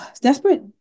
Desperate